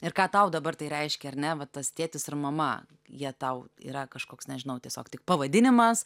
ir ką tau dabar tai reiškia ar ne va tas tėtis ar mama jie tau yra kažkoks nežinau tiesiog tik pavadinimas